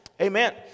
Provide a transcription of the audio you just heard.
Amen